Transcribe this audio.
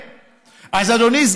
אז היא תשלם?